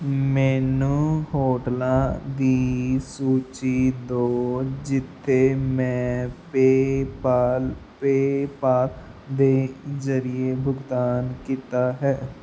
ਮੈਨੂੰ ਹੋਟਲਾਂ ਦੀ ਸੂਚੀ ਦੋ ਜਿੱਥੇ ਮੈਂ ਪੇਪਾਲ ਪੇਪਾਲ ਦੇ ਜਰੀਏ ਭੁਗਤਾਨ ਕੀਤਾ ਹੈ